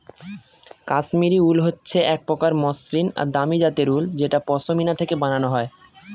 কাশ্মিরী উল হচ্ছে এক প্রকার মসৃন আর দামি জাতের উল যেটা পশমিনা থেকে বানানো হয়